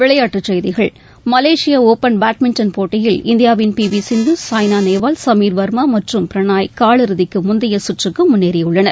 விளைபாட்டுச் செய்திகள் மலேசிய open badminton போட்டியில் இந்தியாவின் பி வி சிந்து சாய்னா நேவால் சமீர் வர்மா மற்றும் பிரனாய் காலிறுதிக்கு முந்தைய சுற்றுக்கு முன்னேறியுள்ளனர்